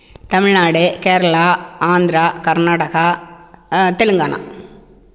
Tamil Nadu Kerala Andhra Karnataka Telangana